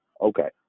Okay